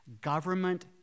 government